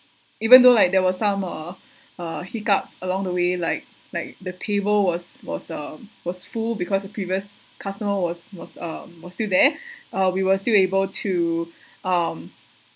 even though like there were some uh uh hiccups along the way like like the table was was uh was full because the previous customer was was um was still there uh we were still able to um